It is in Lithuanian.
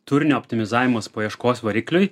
turinio optimizavimas paieškos varikliui